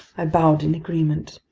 i bowed in agreement.